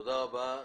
תודה רבה.